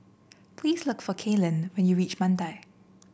please look for Kaylynn when you reach Mandai